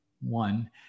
One